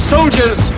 Soldiers